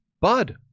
Bud